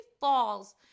falls